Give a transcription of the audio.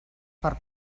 per